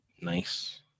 Nice